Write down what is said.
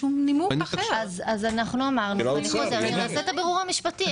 אמרתי שנעשה את הבירור המשפטי.